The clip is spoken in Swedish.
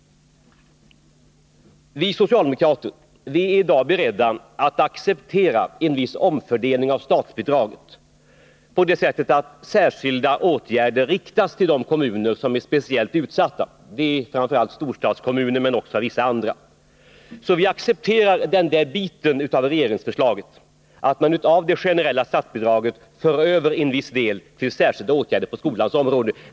Vi socialdemokrater är i dag beredda att acceptera en viss omfördelning av statsbidraget, på det sättet att särskilda åtgärder riktas till de kommuner som är speciellt utsatta. Det är framför allt storstadskommuner men också vissa andra. Vi accepterar alltså den delen av regeringsförslaget, som innebär att man från det generella statsbidraget för över en viss del till särskilda åtgärder på skolans område.